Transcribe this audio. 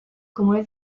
comune